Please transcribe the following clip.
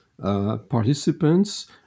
participants